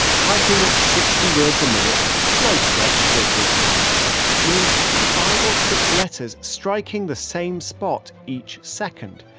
typing at sixty words a minute no stretch for a good typist means five or six letters striking the same spot each second.